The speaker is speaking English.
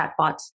chatbots